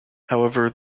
however